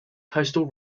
coastal